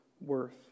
worth